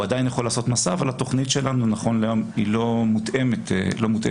עדיין יכול לעשות 'מסע' אבל התכנית שלנו נכון להיום היא לא מותאמת לו.